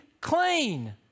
clean